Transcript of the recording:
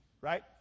right